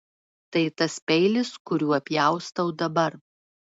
tai tas peilis kuriuo pjaustau dabar